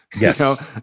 yes